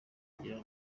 kugira